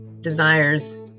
desires